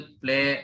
play